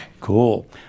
Cool